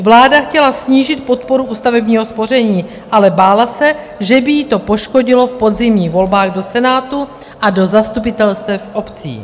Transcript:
Vláda chtěla snížit podporu u stavebního spoření, ale bála se, že by ji to poškodilo v podzimních volbách do Senátu a do zastupitelstev obcí.